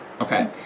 Okay